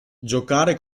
giocare